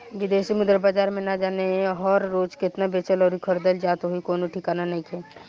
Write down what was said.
बिदेशी मुद्रा बाजार में ना जाने हर रोज़ केतना बेचल अउरी खरीदल जात होइ कवनो ठिकाना नइखे